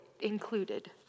included